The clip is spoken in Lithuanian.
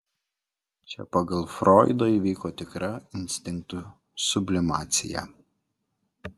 čia pagal froidą įvyko tikra instinktų sublimacija